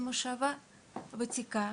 בנימינה זו מושבה וותיקה,